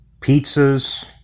pizzas